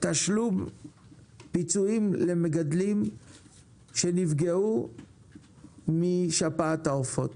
תשלום פיצויים למגדלים שנפגעו משפעת העופות,